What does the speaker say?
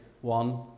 one